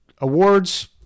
awards